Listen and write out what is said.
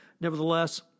Nevertheless